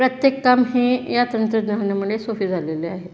प्रत्येक काम हे या तंत्रज्ञानामुळे सोपे झालेले आहे